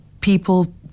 people